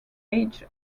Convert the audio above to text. age